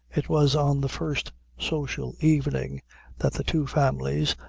it was on the first social evening that the two families,